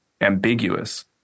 ambiguous